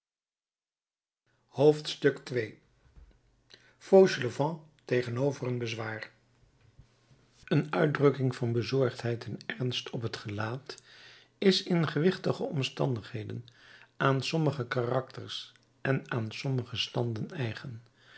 hoofdstuk fauchelevent tegenover een bezwaar een uitdrukking van bezorgdheid en ernst op het gelaat is in gewichtige omstandigheden aan sommige karakters en aan sommige standen eigen